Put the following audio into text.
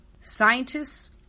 scientists